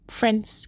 friends